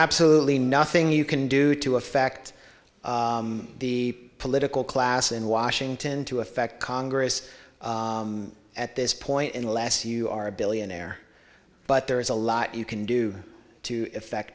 absolutely nothing you can do to affect the political class in washington to affect congress at this point unless you are a billionaire but there is a lot you can do to affect